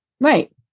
Right